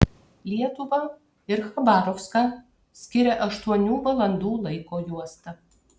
lietuvą ir chabarovską skiria aštuonių valandų laiko juosta